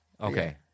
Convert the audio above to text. Okay